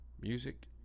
Music